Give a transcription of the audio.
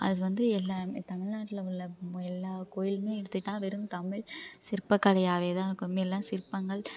அது வந்து எல்லாமே தமிழ்நாட்ல உள்ள எல்லா கோவிலுமே எடுத்துக்கிட்டால் வெறும் தமிழ் சிற்பக்கலையாகவே தான் இருக்கும் மீதி எல்லாம் சிற்பங்கள்